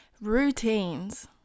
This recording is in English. routines